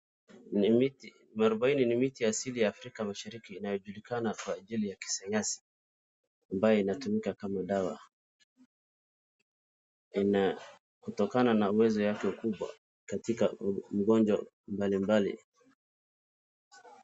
Ni miti mwarubaine ni miti ya asili ya Afrika mashirika inayojulikana kwa ajili ya kisayansi ambayo inatumika kama dawa, ina kutokana na uwezo wake kubwa katika ugonjwa mbali mbali.